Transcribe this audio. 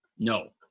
No